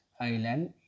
Island